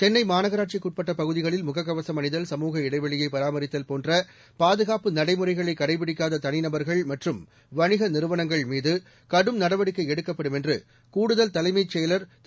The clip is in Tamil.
சென்னை மாநகராட்சிக்கு உட்பட்ட பகுதிகளில் முகக்கவசம் அணிதல் சமூக இடைவெளியை பராமரித்தல் போன்ற பாதுகாப்பு நடைமுறைகளை கடைபிடிக்காத தனிநபர்கள் மற்றும் வணிக நிறுவனங்கள்மீது கடும் நடவடிக்கை எடுக்கப்படும் என்று கூடுதல் தலைமைச் செயலர் திரு